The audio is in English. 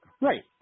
Right